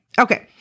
Okay